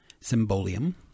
symbolium